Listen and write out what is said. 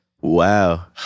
Wow